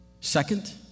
Second